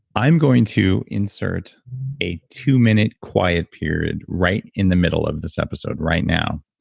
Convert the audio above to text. i'm going to insert a two minute quiet period right in the middle of this episode right now,